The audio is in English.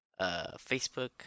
Facebook